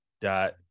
dot